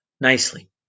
nicely